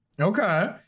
Okay